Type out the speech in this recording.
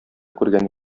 күргән